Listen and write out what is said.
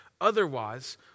Otherwise